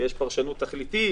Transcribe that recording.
יש פרשנות תכליתית,